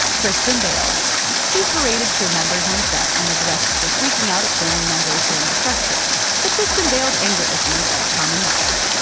christian bale he's berated crew members on set and was arrested for freaking out at family members during a press tour, so christian bale's anger issues are common knowledge.